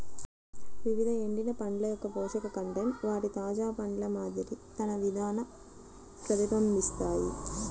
వివిధ ఎండిన పండ్ల యొక్కపోషక కంటెంట్ వాటి తాజా పండ్ల మాదిరి తన విధాన ప్రతిబింబిస్తాయి